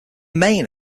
main